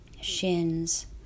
shins